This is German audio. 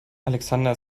alexander